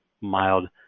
mild